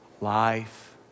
life